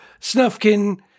Snufkin